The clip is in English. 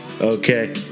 Okay